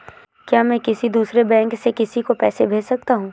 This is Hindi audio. क्या मैं किसी दूसरे बैंक से किसी को पैसे भेज सकता हूँ?